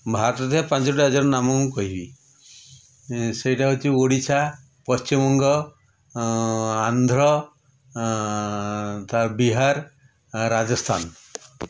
ଭାରତରେ ଥିବା ପାଞ୍ଚଟି ରାଜ୍ୟର ନାମ ମୁଁ କହିବି ସେଇଟା ହେଉଛି ଓଡ଼ିଶା ପଶ୍ଚିମବଙ୍ଗ ଆନ୍ଧ୍ର ତା' ବିହାର ରାଜସ୍ଥାନ